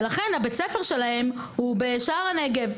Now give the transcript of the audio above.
ולכן הבית ספר שלהם הוא בשער הנגב,